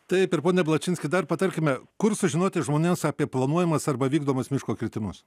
taip ir pone ablačinskai dar patarkime kur sužinoti žmones apie planuojamus arba vykdomus miško kirtimus